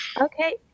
Okay